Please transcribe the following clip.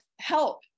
help